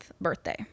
birthday